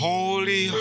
Holy